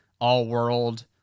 all-world